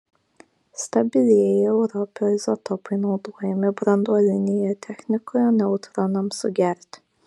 stabilieji europio izotopai naudojami branduolinėje technikoje neutronams sugerti